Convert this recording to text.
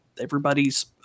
everybody's